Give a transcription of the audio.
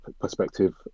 perspective